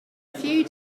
few